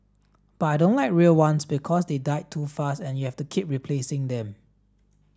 but I don't like real ones because they die too fast and you have to keep replacing them